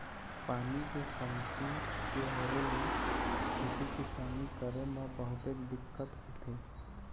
पानी के कमती के होय ले खेती किसानी करे म बहुतेच दिक्कत होथे